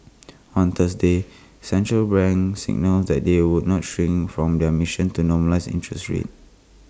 on Thursday central banks signalled that they would not shirk from their missions to normalise interest rates